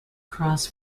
cross